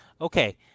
okay